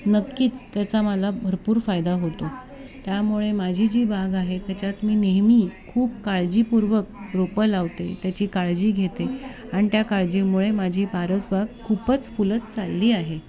नक्कीच त्याचा मला भरपूर फायदा होतो त्यामुळे माझी जी बाग आहे त्याच्यात मी नेहमी खूप काळजीपूर्वक रोपं लावते त्याची काळजी घेते अन त्या काळजीमुळे माझी परस बाग खूपच फुलत चालली आहे